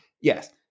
yes